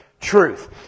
truth